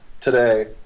today